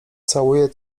całuję